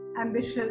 ambitious